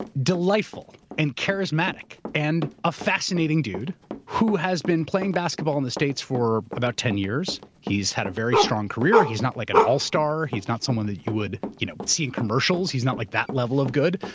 delightful and charismatic and a fascinating dude who has been playing basketball in the states for about ten years. he's had a very strong career. he's not like an all so atar, he's not someone that you would you know see in commercials, he's not like that level of good,